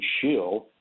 shield